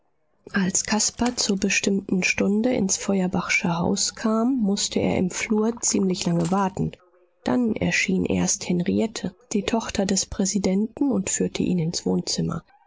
als caspar zur bestimmten stunde ins feuerbachsche haus kam mußte er im flur ziemlich lange warten dann erschien erst henriette die tochter des präsidenten und führte ihn ins wohnzimmer